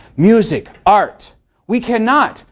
music, art we cannot,